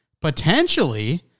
potentially